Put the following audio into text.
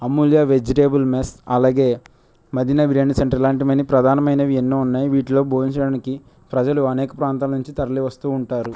అమూల్య vegetable mess అలాగే Madina biryani centre ఇలాంటివి ప్రధానమైనవి ఎన్నో ఉన్నాయి వీటిలో భోజనం చేయడానికి ప్రజలు అనేక ప్రాంతాల నుంచి తరలి వస్తూ ఉంటారు